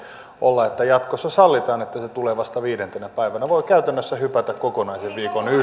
olla että jatkossa sallitaan että yli puolet kirjeistä tulee vasta viidentenä päivänä voi käytännössä hypätä kokonaisen viikon yli